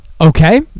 Okay